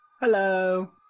Hello